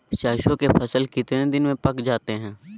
सरसों के फसल कितने दिन में पक जाते है?